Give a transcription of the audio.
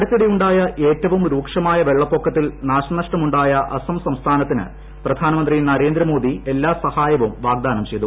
അടുത്തിടെയുണ്ടായ ഏറ്റവും രൂക്ഷമായ വെളളപ്പൊക്കത്തിൽ ന്റൂശനഷ്ടമുണ്ടായ അസം സംസ്ഥാനത്തിന് പ്രധാനമന്ത്രി നര്യേന്ദ്രമ്മോദി എല്ലാ സഹായവും വാഗ്ദാനം ചെയ്തു